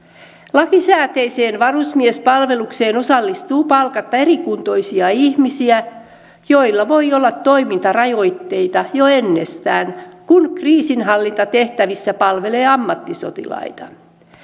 lakisääteiseen varusmiespalvelukseen osallistuu palkatta erikuntoisia ihmisiä joilla voi olla toimintarajoitteita jo ennestään kun kriisinhallintatehtävissä palvelee ammattisotilaita